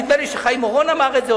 נדמה לי שחיים אורון אמר את זה,